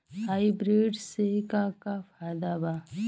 Hybrid से का का फायदा बा?